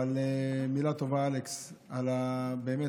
אבל מילה טובה, אלכס, על הזריזות